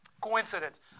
coincidence